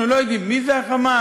אנחנו לא יודעים מי זה ה"חמאס"?